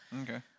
okay